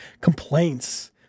complaints